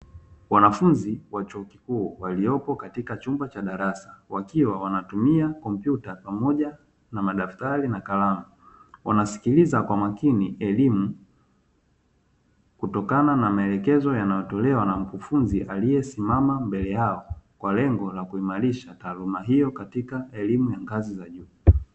Wanafunzi wa chuo kikuu, waliopo katika chumba cha darasa wakiwa wanatumia kompyuta pamoja na madaftari na kalamu. Wanasikiliza kwa makini elimu kutokana na maelekezo yanayotolewa na mkufunzi aliyesimama mbele yao, kwa lengo la kuimarisha taaluma hiyo katika elimu ya ngazi za juu.